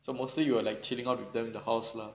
so mostly you were like chilling out with them in the house lah